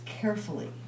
carefully